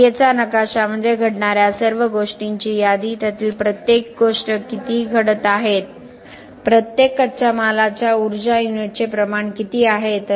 प्रक्रियेचा नकाशा म्हणजे घडणाऱ्या सर्व गोष्टींची यादी त्यातील प्रत्येक गोष्टी किती घडत आहेत प्रत्येक कच्च्या मालाच्या ऊर्जा युनिटचे प्रमाण किती आहे